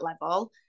level